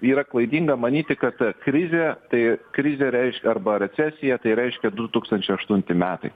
yra klaidinga manyti kad krizė tai krizė reiškia arba recesiją tai reiškia du tūkstančiai aštunti metai